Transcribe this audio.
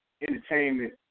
entertainment